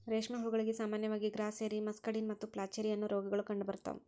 ರೇಷ್ಮೆ ಹುಳಗಳಿಗೆ ಸಾಮಾನ್ಯವಾಗಿ ಗ್ರಾಸ್ಸೆರಿ, ಮಸ್ಕಡಿನ್ ಮತ್ತು ಫ್ಲಾಚೆರಿ, ಅನ್ನೋ ರೋಗಗಳು ಕಂಡುಬರ್ತಾವ